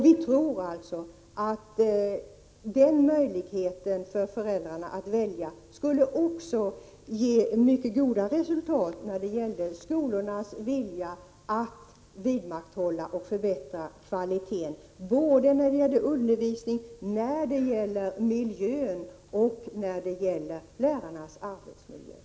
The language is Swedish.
Vi tycker att denna möjlighet för föräldrar att välja också skulle ge mycket goda resultat när det gäller skolornas vilja att vidmakthålla och förbättra kvaliteten på undervisningen, miljön och lärarnas arbetsförhållanden.